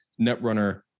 Netrunner